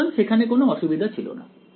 সুতরাং সেখানে কোনো অসুবিধা ছিল না